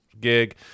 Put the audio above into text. gig